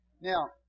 Now